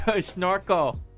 snorkel